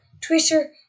Twitter